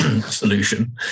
solution